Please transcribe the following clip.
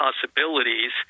possibilities